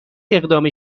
اقدام